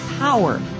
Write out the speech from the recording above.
Power